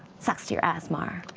sucks to your ass-mar,